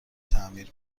تعمیر